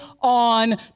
on